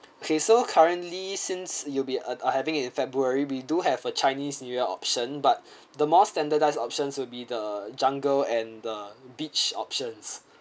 okay so currently since you'll be uh ah having it in february we do have a chinese new year option but the more standardized options would be the jungle and the beach options